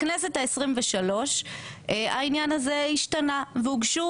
בכנסת ה-23 העניין הזה השתנה והוגשו